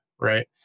right